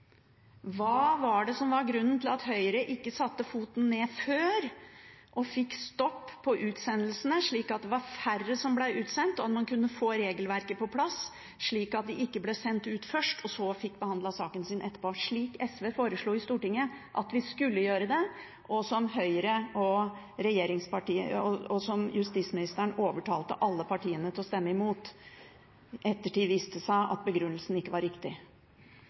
Hva var grunnen til at Høyre ikke satte ned foten før og fikk stoppet utsendelsene, slik at færre ble sendt ut, og man kunne få regelverket på plass – slik at de ikke først ble sendt ut, og så fikk behandlet saken sin etterpå, slik SV foreslo i Stortinget at vi skulle gjøre det, og som Høyre og justisministeren overtalte alle partiene til å stemme imot? I ettertid viste det seg at begrunnelsen ikke var riktig.